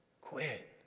quit